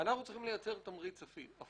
אנחנו צריכים לייצר תמריץ הפוך.